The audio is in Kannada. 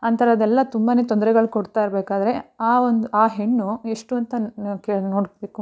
ಅಂತಹದೆಲ್ಲ ತುಂಬ ತೊಂದರೆಗಳು ಕೊಡ್ತಾ ಇರಬೇಕಾದ್ರೆ ಆ ಒಂದು ಆ ಹೆಣ್ಣು ಎಷ್ಟು ಅಂತ ನೋಡಬೇಕು